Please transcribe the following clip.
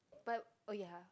but oh ya